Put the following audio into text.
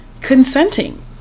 consenting